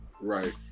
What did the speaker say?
Right